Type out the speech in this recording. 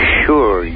sure